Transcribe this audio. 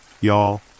y'all